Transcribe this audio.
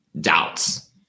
doubts